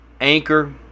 Anchor